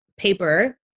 paper